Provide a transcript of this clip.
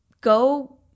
go